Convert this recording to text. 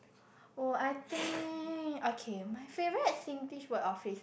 oh I think okay my favourite Singlish word or phrase